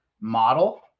model